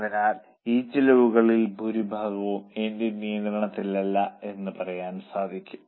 അതിനാൽ ഈ ചെലവുകളിൽ ഭൂരിഭാഗവും എന്റെ നിയന്ത്രണത്തിലല്ല എന്നു പറയാൻ സാധിക്കും